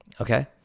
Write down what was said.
okay